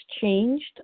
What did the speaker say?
changed